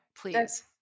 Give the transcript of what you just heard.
Please